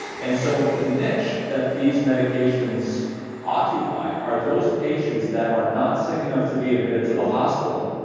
and so the niche that these medications occupy are those patients that are not sick enough to be admitted to the hospital,